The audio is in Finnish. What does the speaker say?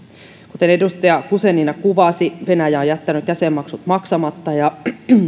kuten edustaja guzenina kuvasi venäjä on jättänyt jäsenmaksut maksamatta ja